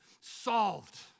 solved